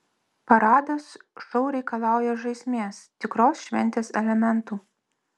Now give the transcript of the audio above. paradas šou reikalauja žaismės tikros šventės elementų